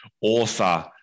author